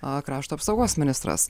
a krašto apsaugos ministras